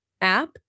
app